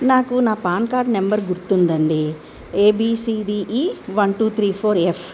నాకు నా PAN card number గుర్తుందండి A B C D E one two three four F